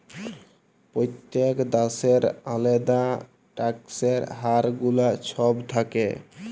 প্যত্তেক দ্যাশের আলেদা ট্যাক্সের হার গুলা ছব থ্যাকে